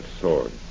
sword